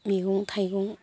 मैगं थाइगं